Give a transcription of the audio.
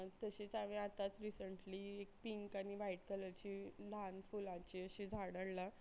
तशीच हांवें आतांच रिसंटली एक पींक आनी वायट कलरची ल्हान फुलांची अशी झाड हाडलां